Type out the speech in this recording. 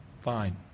Fine